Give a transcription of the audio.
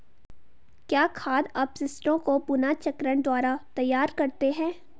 क्या खाद अपशिष्टों को पुनर्चक्रण द्वारा तैयार करते हैं?